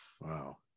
wow